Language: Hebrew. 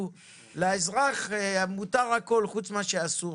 זה אומר שלאזרח מותר הכול חוץ ממה שאסור